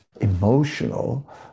emotional